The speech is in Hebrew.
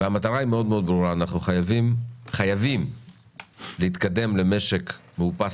המטרה מאוד ברורה אנחנו חייבים להתקדם למשק מאופס